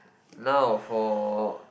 now for